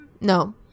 No